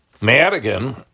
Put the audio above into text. Madigan